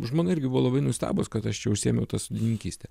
žmona irgi buvo labai nustebus kad aš čia užsiėmiau ta sodininkyste